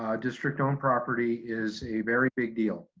ah district owned property is a very big deal.